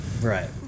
Right